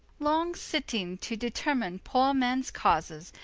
long sitting to determine poore mens causes,